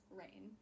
rain